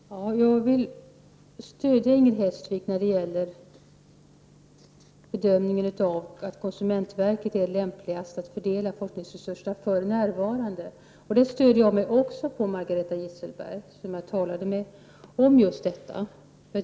Fru talman! Jag vill stödja Inger Hestvik när det gäller bedömningen att konsumentverket är lämpligare att fördela forskningsresurserna för närvarande. Jag stöder mig också på Margareta Gisselberg som jag talade med om just detta.